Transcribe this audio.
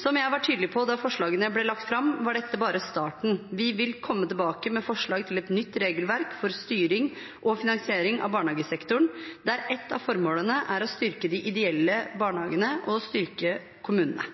Som jeg var tydelig på da forslagene ble lagt fram, var dette bare starten. Vi vil komme tilbake med et forslag til et nytt regelverk for styring og finansiering av barnehagesektoren, der et av formålene er å styrke de ideelle barnehagene og styrke kommunene.